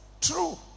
true